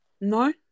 No